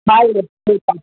हा इअ ठीकु आहे